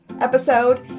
episode